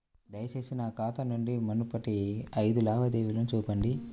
దయచేసి నా ఖాతా నుండి మునుపటి ఐదు లావాదేవీలను చూపండి